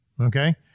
Okay